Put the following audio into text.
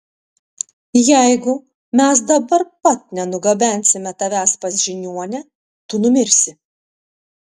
jeigu mes dabar pat nenugabensime tavęs pas žiniuonę tu numirsi